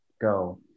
go